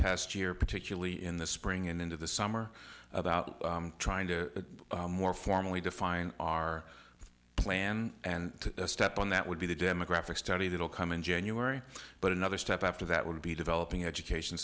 past year particularly in the spring and into the summer about trying to more formally define our plan and step on that would be the demographic study that will come in january but another step after that would be developing education